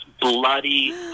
bloody